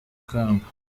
kamba